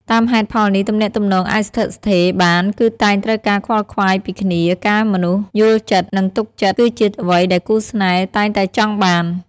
តាមហេតុផលនេះទំនាក់ទំនងអាចស្ថិតស្ថេរបានគឺតែងត្រូវការខ្វល់ខ្វាយពីគ្នា ការមនុស្សយល់ចិត្ត និងទុកចិត្តគឺជាអ្វីដែលគូរស្នេហ៍តែងតែចង់បាន។